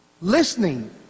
Listening